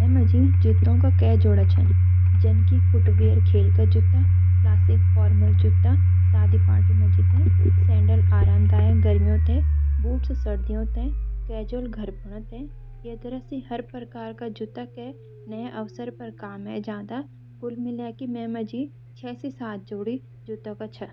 मैं माजी जूतों का कै जोड़ा छन। जान की फुटवियर खेल का जूता, क्लासिक फॉर्मल जूता शादी पार्टी माजी ते, सैंडल आराम दयाक गर्मियां ते, बूट्स सरदियो ते, केजुअल घर फैन ते। ये तरह सी हर प्रकार का जूता के ना के अवसर पर काम एजादा।